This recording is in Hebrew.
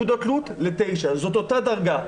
מדובר על 5 9, זאת אותה הדרגה.